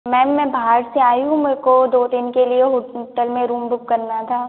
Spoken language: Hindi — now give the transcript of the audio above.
मैम मैं बाहर से आई हूँ मेरे को दो दिन के लिए होटल में रूम बुक करना था